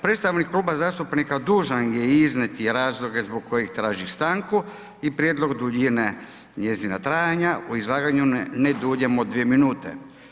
Predstavnik kluba zastupnika dužan je iznijeti razloge zbog kojeg traži stanku i prijedlog duljine njezina trajanja u izlaganju ne duljem od 2 minute.